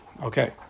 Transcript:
Okay